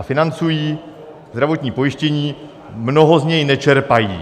Financují zdravotní pojištění, mnoho z něj nečerpají.